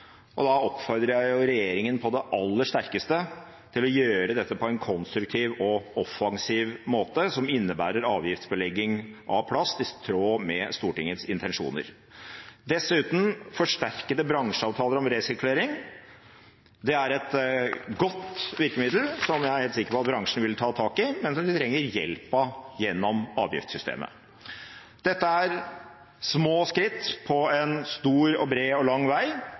Da oppfordrer jeg regjeringen på det aller sterkeste til å gjøre dette på en konstruktiv og offensiv måte, som innebærer å avgiftsbelegge plast i tråd med Stortingets intensjoner. Dessuten er forsterkede bransjeavtaler om resirkulering et godt virkemiddel som jeg er sikker på at bransjen vil ta tak i, men som den trenger hjelp til gjennom avgiftssystemet. Dette er små skritt på en stor, bred og lang vei,